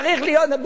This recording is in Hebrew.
צריך להיות.